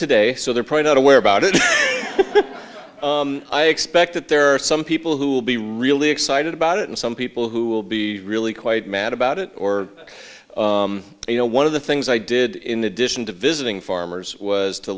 today so they're probably not aware about it but i expect that there are some people who will be really excited about it and some people who will be really quite mad about it or you know one of the things i did in addition to visiting farmers was to